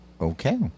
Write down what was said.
Okay